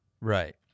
Right